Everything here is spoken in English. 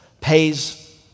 pays